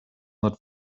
not